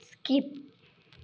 skip